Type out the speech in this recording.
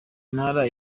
ntara